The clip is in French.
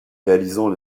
réalisant